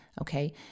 Okay